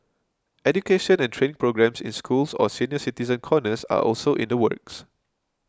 education and training programmes in schools or senior citizen corners are also in the works